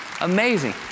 Amazing